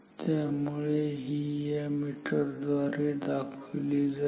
त्यामुळे ही मीटर द्वारे दाखविली जाईल